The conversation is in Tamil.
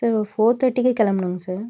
சார் ஒரு ஃபோர் தேர்ட்டிக்கு கிளம்பணுங்க சார்